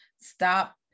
stop